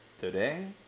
Today